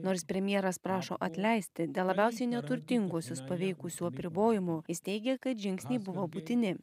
nors premjeras prašo atleisti dėl labiausiai neturtinguosius paveikusių apribojimų jis teigia kad žingsniai buvo būtini